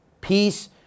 peace